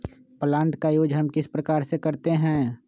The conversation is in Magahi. प्लांट का यूज हम किस प्रकार से करते हैं?